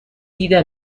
دیده